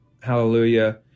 Hallelujah